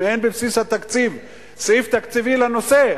אם אין בבסיס התקציב סעיף תקציבי לנושא,